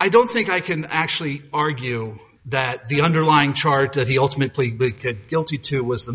i don't think i can actually argue that the underlying charge that he ultimately big could guilty to was the